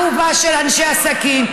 בני ערובה של אנשי עסקים.